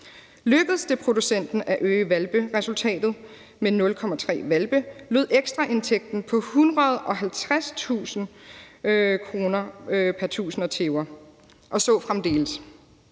Lykkedes det producenten at øge hvalperesultatet med 0,3 hvalpe, lød ekstraindtægten på 150.000 kr. pr. 1.000 tæver og så fremdeles.